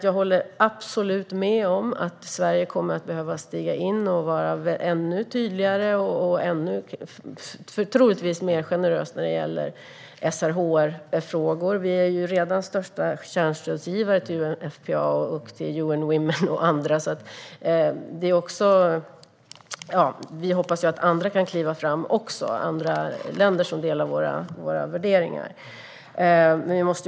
Jag håller absolut med om att Sverige kommer att behöva stiga in och vara ännu tydligare och troligtvis mer generöst när det gäller SRHR-frågor. Vi är redan största kärnstödsgivare till UNFPA, UN Women och andra. Vi hoppas att också andra länder som delar våra värderingar kan kliva fram.